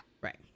Right